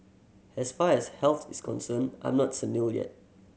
as far as health is concerned I'm not senile yet